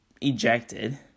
ejected